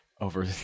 over